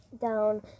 down